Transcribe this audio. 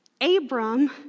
Abram